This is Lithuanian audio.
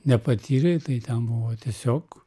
nepatyrei tai ten buvo tiesiog